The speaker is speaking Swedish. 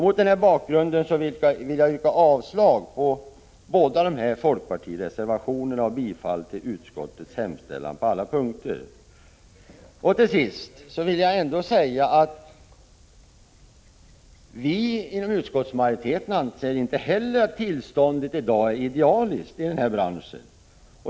Mot denna bakgrund yrkar jag bifall till utskottets hemställan på alla punkter och därmed avslag på de båda folkpartireservationerna. Jag vill ändå säga att inte heller vi inom utskottsmajoriteten anser att tillståndet i dag är idealiskt i den här branschen.